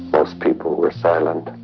most people were silent.